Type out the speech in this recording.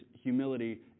humility